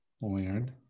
weird